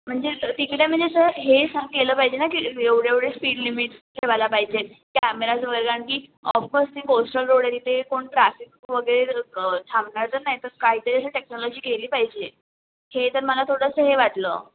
म्हणजे तिकडे म्हणजे असं हे केलं पाहिजे ना की एवढं एवढं स्पीड लिमीट ठेवायला पाहिजे कॅमेराज वगैरे कारण की ऑफकोर्स ते कोस्टल रोड आहे तिथे कोण ट्राफिक वगैरे थांबणार तर नाही तर तिथे काय तरी अशी टेक्नॉलॉजी केली पाहिजे हे तर मला थोडंसं हे वाटलं